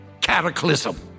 cataclysm